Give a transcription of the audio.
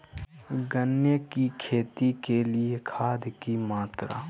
गन्ने की खेती के लिए खाद की मात्रा?